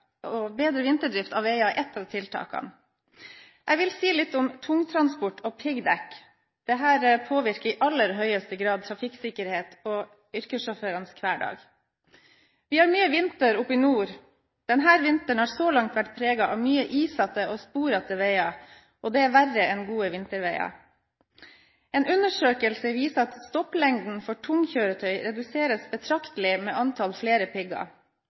og bedre vinterdrift av veier er et av tiltakene. Jeg vil si litt om tungtransport og piggdekk. Det påvirker i aller høyeste grad trafikksikkerhet og yrkessjåførenes hverdag. Vi har mye vinter i nord. Denne vinteren har så langt vært preget av mye isete og sporete veier, og det er verre enn gode vinterveier. En undersøkelse viser at stopplengden for tunge kjøretøy reduseres betraktelig med antall flere pigger.